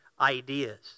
ideas